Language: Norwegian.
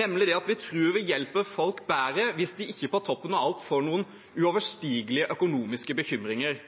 nemlig at vi tror vi hjelper folk bedre hvis de ikke på toppen av alt får noen uoverstigelige økonomiske bekymringer.